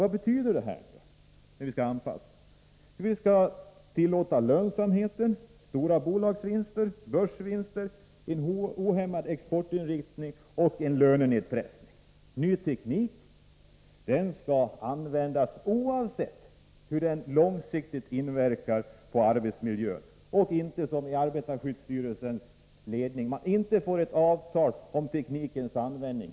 Vad betyder då detta att vi skall anpassa oss? Jo, vi skall tillåta lönsamhet, stora bolagsvinster, börsvinster, en ohämmad exportinriktning och en lönenedpressning. Ny teknik skall användas oavsett hur den långsiktigt inverkar på arbetsmiljön. Jag påminner här om att arbetarskyddsstyrelsens ledning inte ens fått till stånd ett paraplyavtal om teknikens användning.